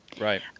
Right